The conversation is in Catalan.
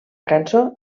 cançó